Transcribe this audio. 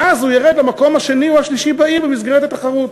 ואז הוא ירד למקום השני או השלישי בעיר במסגרת התחרות.